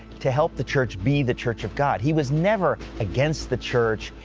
to help the church be the church of god. he was never against the church.